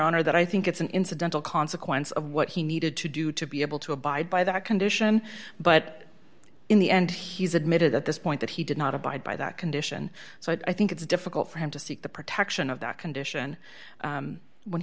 honor that i think it's an incidental consequence of what he needed to do to be able to abide by that condition but in the end he's admitted at this point that he did not abide by that condition so i think it's difficult for him to seek the protection of that condition when